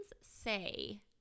say